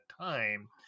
time